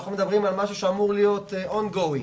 אנחנו מדברים על משהו שאמור להיות on going ,